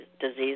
disease